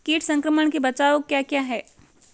कीट संक्रमण के बचाव क्या क्या हैं?